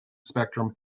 spectrum